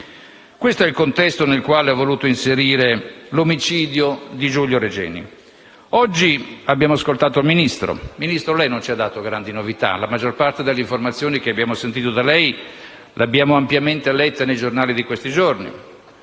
Questo è il contesto nel quale ho voluto inserire l'omicidio di Giulio Regeni. Oggi abbiamo ascoltato il Ministro. Signor Ministro, lei non ci ha dato grandi novità: la maggior parte delle informazioni che abbiamo sentito da lei le abbiamo ampiamente lette nei giornali in questi giorni.